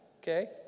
Okay